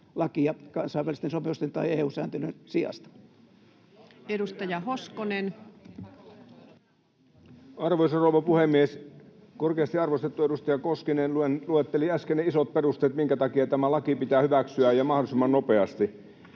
maahantulon torjumiseksi Time: 12:56 Content: Arvoisa rouva puhemies! Korkeasti arvostettu edustaja Koskinen luetteli äsken isot perusteet, minkä takia tämä laki pitää hyväksyä ja mahdollisimman nopeasti.